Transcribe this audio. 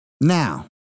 now